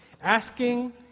Asking